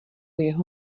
jeho